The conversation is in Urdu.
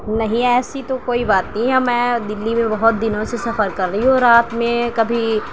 نہیں ایسی تو کوئی بات نہیں ہے میں دِلّی میں بہت دنوں سے سفر کر رہی ہوں رات میں کبھی